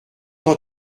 t’en